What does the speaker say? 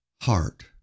heart